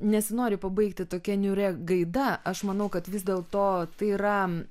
nesinori pabaigti tokia niūria gaida aš manau kad vis dėl to tai yra